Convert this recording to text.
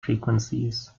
frequencies